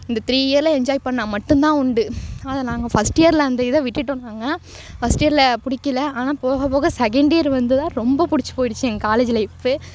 இந்த த்ரீ இயரில் என்ஜாய் பண்ணால் மட்டுந்தான் உண்டு அதை நாங்கள் ஃபஸ்ட் இயரில் அந்த இதை விட்டுட்டோம் நாங்கள் ஃபஸ்ட் இயரில் பிடிக்கல ஆனால் போகப் போக செகண்ட் இயர் வந்துதான் ரொம்ப பிடிச்சிப் போய்டுச்சி எங்கள் காலேஜு லைஃபே